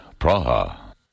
Praha